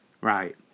Right